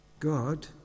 God